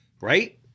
right